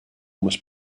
must